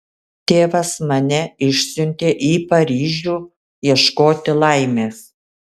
tėvas mane išsiuntė į paryžių ieškoti laimės